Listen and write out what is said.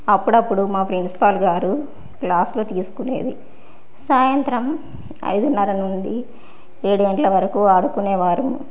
అప్పుడప్పుడు మా ప్రిన్సిపాల్ గారు క్లాసులు తీసుకునేది సాయంత్రం ఐదున్నర నుండి ఏడు గంటల వరకు ఆడుకునేవాళ్ళం